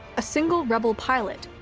a single rebel pilot,